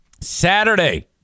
Saturday